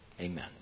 Amen